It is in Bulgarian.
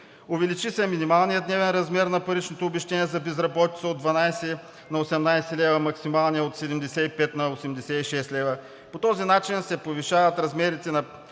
Увеличи се минималният дневен размер на паричното обезщетение за безработица от 12 на 18 лв., максималният – от 75 на 86 лв. По този начин се повишават размерите на плащанията на